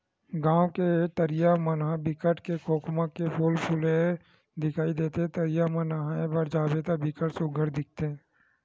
गाँव के तरिया मन म बिकट के खोखमा के फूल फूले दिखई देथे, तरिया म नहाय बर जाबे त बिकट सुग्घर दिखथे